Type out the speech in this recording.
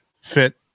fit